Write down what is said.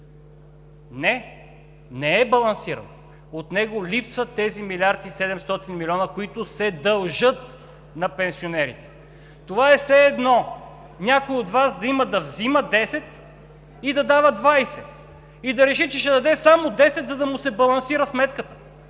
Не, не е балансиран. От него липсват тези милиард и 700 млн. лв., които се дължат на пенсионерите. Това е все едно някой от Вас да има да взима 10 и да дава 20 и да реши, че ще даде само 10, за да му се балансира сметката.